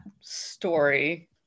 story